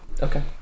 okay